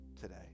today